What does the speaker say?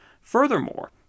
Furthermore